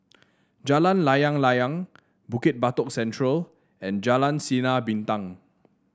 Jalan Layang Layang Bukit Batok Central and Jalan Sinar Bintang